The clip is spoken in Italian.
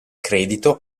credito